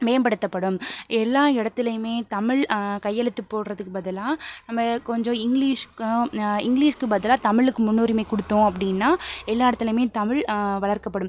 மேம்படுத்தப்படும் எல்லா இடத்துலையுமே தமிழ் கையெழுத்து போடுகிறதுக்கு பதிலாக நம்ம கொஞ்சம் இங்லீஷ்கு இங்லீஷ்க்கு பதிலாக தமிழுக்கு முன்னுரிமை கொடுத்தோம் அப்படின்னா எல்லா இடத்துலையுமே தமிழ் வளர்க்கப்படும்